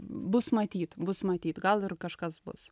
bus matyt bus matyt gal ir kažkas bus